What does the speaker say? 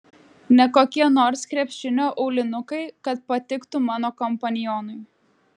ne kokie nors krepšinio aulinukai kad patiktų mano kompanionui